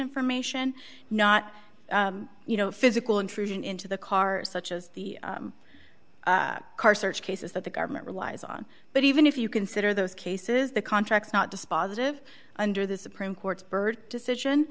location for mation not you know physical intrusion into the cars such as the car search cases that the government relies on but even if you consider those cases the contracts not dispositive under the supreme court's bird decision